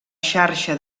xarxa